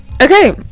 Okay